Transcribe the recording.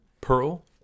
Pearl